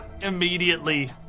immediately